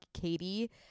Katie